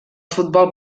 futbol